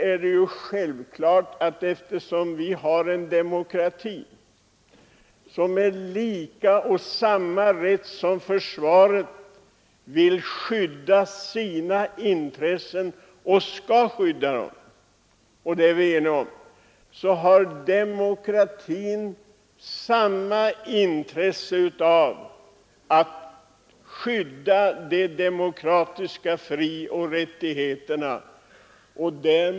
Vi lever i en demokrati, som med samma rätt som försvaret vill skydda sina intressen och skall skydda dem — det är vi eniga om — och slå vakt om de demokratiska frioch rättigheterna.